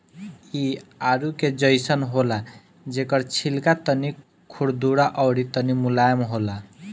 इ आडू के जइसन होला जेकर छिलका तनी खुरदुरा अउरी तनी मुलायम होला